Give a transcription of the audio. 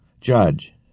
judge